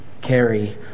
carry